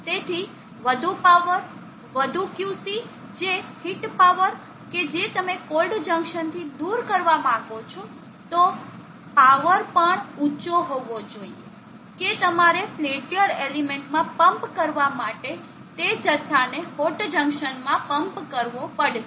તેથી વધુ પાવર વધુ QC જે હીટ પાવર કે જે તમે કોલ્ડ જંકશન થી દૂર કરવા માંગો છો તો પાવર પણ ઉંચો હોવો જોઈએ કે તમારે પેલ્ટીઅર એલિમેન્ટ માં પમ્પ કરવા માટે તે જથ્થાને હોટ જંકશન માં પંપ કરવો પડશે